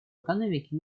экономики